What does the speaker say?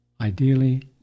Ideally